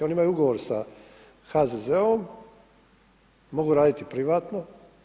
Oni imaju ugovor sa HZZO-om, mogu raditi privatno.